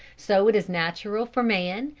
so it is natural for man,